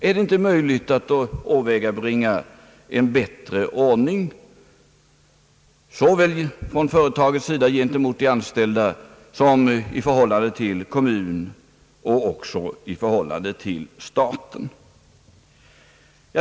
Är det inte möjligt att åvägabringa en bättre ordning såväl från företagets sida gentemot de anställda som i förhållande till kommun och även i förhållande till staten?